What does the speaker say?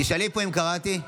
תשאלי פה אם קראתי.